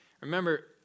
Remember